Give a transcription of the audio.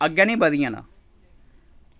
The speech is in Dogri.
अग्गें निं बधी जाना